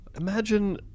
Imagine